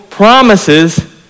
Promises